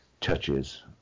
touches